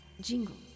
jingle